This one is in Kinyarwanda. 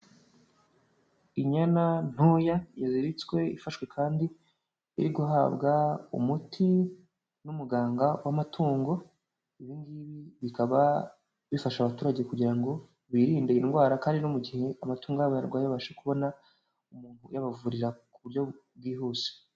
Inyana ntoya, iziritswe, ifashwe kandi iri guhabwa umuti n'umuganga w'amatungo, ibingibi bikaba bifasha abaturage kugira ngo birinde indwara, kandi no mu gihe amatungo yabo yarwaye babasha kubona umuntu uyabavurira ku buryo bwihuse.